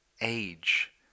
age